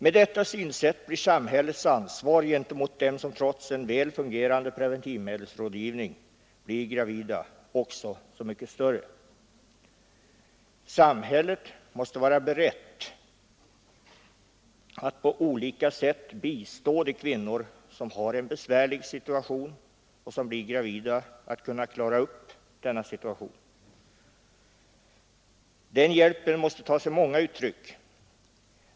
Med detta synsätt är samhällets ansvar gentemot dem som trots en väl fungerande preventivmedelsrådgivning blir gravida också så mycket större. Samhället måste vara berett att på olika sätt bistå de kvinnor som har en besvärlig situation och som blir gravida, att kunna klara upp denna situation. Den hjälpen måste ta sig många uttryck.